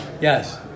Yes